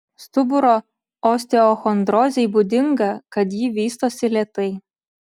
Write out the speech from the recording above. stuburo osteochondrozei būdinga kad ji vystosi lėtai